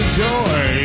joy